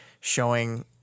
showing